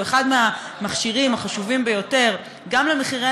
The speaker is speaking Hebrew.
שהוא אחד המכשירים החשובים ביותר גם למחירי